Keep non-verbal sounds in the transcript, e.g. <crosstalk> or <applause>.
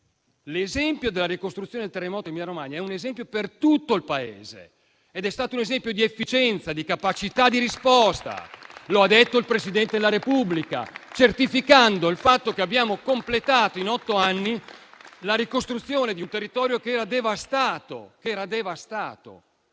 l'esempio della ricostruzione del terremoto in Emilia-Romagna è un esempio per tutto il Paese ed è stato un esempio di efficienza e di capacità di risposta. <applause> Lo ha detto il Presidente della Repubblica, certificando il fatto che in otto anni abbiamo completato la ricostruzione di un territorio devastato.